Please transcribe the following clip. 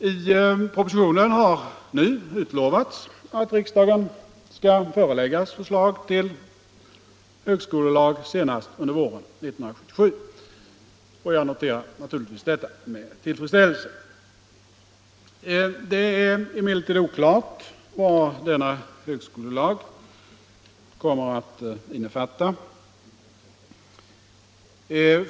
I propositionen har nu utlovats att riksdagen skall föreläggas förslag till högskolelag senast under våren 1977, och jag noterar naturligtvis detta med tillfredsställelse. Det är emellertid oklart vad denna högskolelag kommer att innefatta.